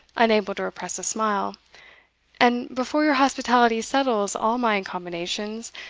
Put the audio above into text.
unable to repress a smile and before your hospitality settles all my accommodations,